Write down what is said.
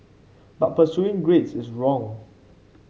but pursuing grades is wrong